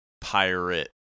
pirate